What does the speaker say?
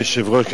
אדוני היושב-ראש,